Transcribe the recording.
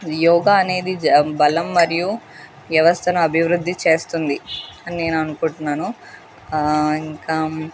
యోగా అనేది జ బలం మరియు వ్యవస్థను అభివృద్ధి చేస్తుంది అని నేను అనుకుంటున్నాను ఇంకా